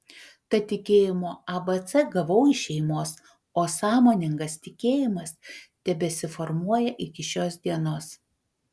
tad tikėjimo abc gavau iš šeimos o sąmoningas tikėjimas tebesiformuoja iki šios dienos